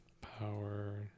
power